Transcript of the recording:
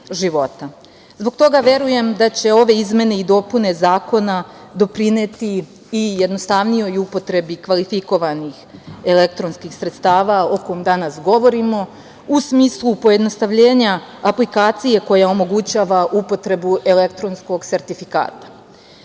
toga verujem da će ove izmene i dopune Zakona doprineti i jednostavnijoj upotrebi kvalifikovanih elektronskih sredstava o kojima danas govorimo, u smislu pojednostavljenja aplikacija koje omogućavaju upotrebu elektronskog sertifikata. Uvođenje